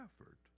effort